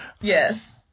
yes